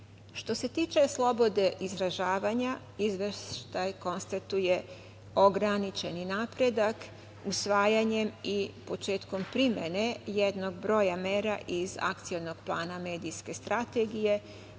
se tiče slobode izražavanja, Izveštaj konstatuje ograničeni napredak usvajanjem i početkom primene jednog broja mera iz Akcionog plana medijske strategije